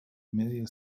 media